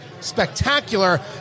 spectacular